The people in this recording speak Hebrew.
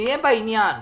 שנהיה בעניין.